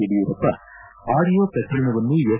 Yediyurappa audio ಪ್ರಕರಣವನ್ನು S